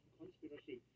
conspiracy